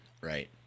Right